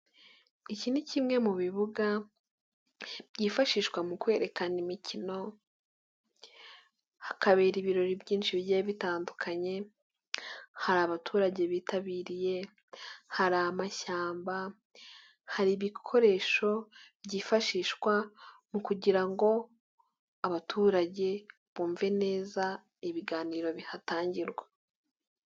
Iki ni kimwe mu bibuga byifashishwa mu kwerekana imikino hakabera ibirori byinshi bigiye bitandukanye, hari abaturage bitabiriye, hari amashyamba, hari ibikoresho byifashishwa mu kugira ngo abaturage bumve neza ibiganiro bihatangirwa.